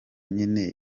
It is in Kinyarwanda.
nyine